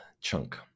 chunk